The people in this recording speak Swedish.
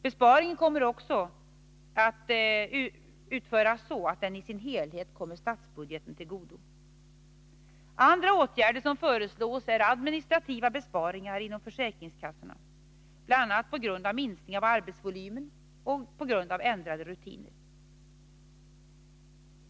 Besparingen kommer att ske så att den i sin helhet kommer statsbudgeten till godo. Andra åtgärder som föreslås är administrativa besparingar inom försäkringskassorna, bl.a. på grund av minskning av arbetsvolymen och ändrade rutiner.